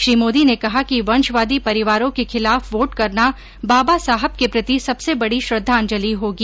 श्री मोदी ने कहा कि वंशवादी परिवारों के खिलाफ वोट करना बाबा साहब के प्रति सबसे बड़ी श्रद्वांजलि होगी